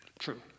true